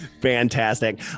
fantastic